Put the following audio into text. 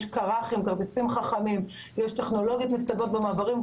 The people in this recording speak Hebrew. יש כר"חים כרטיסים חכמים יש טכנולוגיות מתקדמות במעברים,